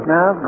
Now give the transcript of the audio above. Now